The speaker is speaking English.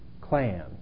clan